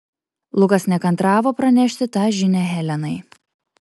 lukas nekantravo pranešti tą žinią helenai